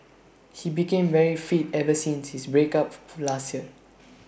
he became very fit ever since his break up last year